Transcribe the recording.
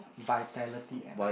Vitality app ah